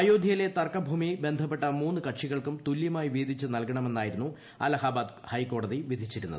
അയോധ്യയിലെ തർക്ക ഭൂമി ബന്ധപ്പെട്ട മൂന്ന് കക്ഷികൾക്കും തുല്യമായി വീതിച്ച് നല്കണമെന്നായിരുന്നു അലഹബാദ് ഹൈക്കോടതി വിധിച്ചിരുന്നത്